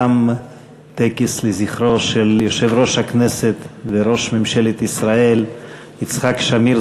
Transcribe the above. תם הטקס לזכרו של יושב-ראש הכנסת וראש ממשלת ישראל יצחק שמיר,